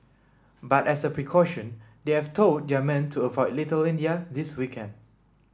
but as a precaution they have told their men to avoid Little India this weekend